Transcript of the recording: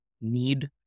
need